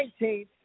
19